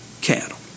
Cattle